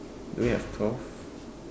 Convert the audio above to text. do we have twelve